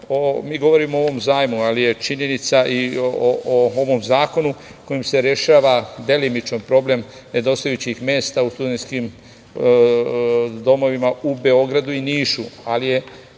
mi govorimo o ovom zajmu, ali je činjenica i o ovom zakonu kojim se rešava delimično problem nedostajućih mesta u studentskim domovima u Beogradu i Nišu,